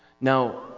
Now